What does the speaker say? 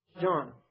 John